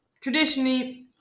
Traditionally